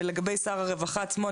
לגבי שר הרווחה עצמו,